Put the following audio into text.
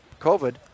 COVID